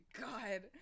God